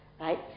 right